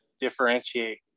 differentiate